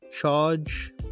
charge